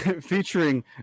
featuring